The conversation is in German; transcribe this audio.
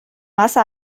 masse